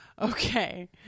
Okay